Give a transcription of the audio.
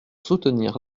soutenir